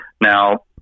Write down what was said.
Now